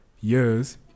years